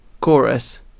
chorus